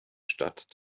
stadt